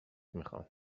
میخام